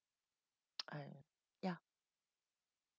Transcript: uh ya